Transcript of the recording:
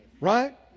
Right